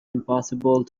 impossible